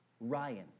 Ryan